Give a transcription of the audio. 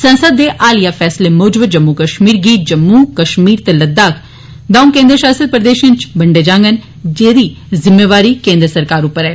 संसद दे हालिया फैसले मुजब जम्मू कश्मीर गी जम्मू कश्मीर ते लद्दाख दौंक केन्द्रीय शासित प्रदेशो च बंडे जांगन जेदी जिम्मेवारी केन्द्र सरकार उप्पर ऐ